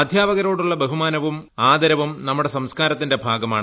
അധ്യാപകരോടുള്ള ബഹുമാനവും ആദരവും നമ്മുടെ സംസ്കാരത്തിന്റെ ഭാഗമാണ്